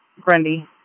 Grundy